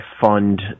fund